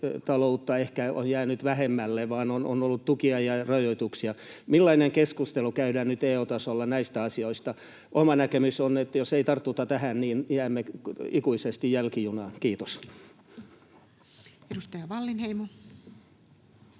reaalitalous ehkä on jäänyt vähemmälle. On vain ollut tukia ja rajoituksia. Millainen keskustelu käydään nyt EU-tasolla näistä asioista? Oma näkemys on, että jos ei tartuta tähän, niin jäämme ikuisesti jälkijunaan. — Kiitos. [Speech